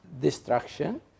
destruction